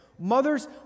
Mothers